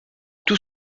tout